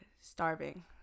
starving